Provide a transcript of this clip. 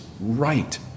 right